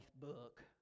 book